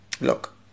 look